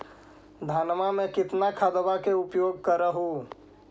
धानमा मे कितना खदबा के उपयोग कर हू?